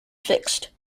fixed